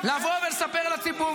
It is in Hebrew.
כמה הייתם רוצים לבוא ולספר לציבור,